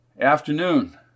Afternoon